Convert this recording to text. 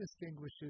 distinguishes